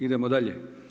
Idemo dalje.